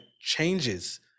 changes